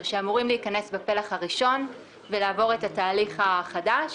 שאמורים לעבור בפלח הראשון ולעבור את התהליך החדש,